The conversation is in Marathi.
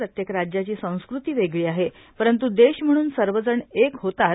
प्रत्येक राज्याची संस्कृती वेगळी आहे परंतु देश म्हणून सर्वजण एक होतात